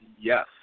yes